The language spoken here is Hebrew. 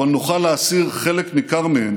אבל נוכל להסיר חלק ניכר מהן